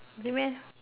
really meh